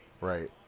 Right